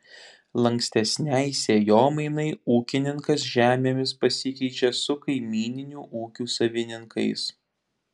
lankstesnei sėjomainai ūkininkas žemėmis pasikeičia su kaimyninių ūkių savininkais